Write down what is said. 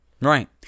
Right